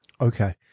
Okay